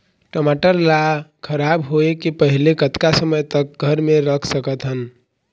टमाटर ला खराब होय के पहले कतका समय तक घर मे रख सकत हन?